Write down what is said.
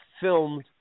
filmed